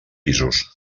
pisos